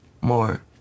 more